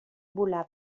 volà